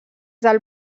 del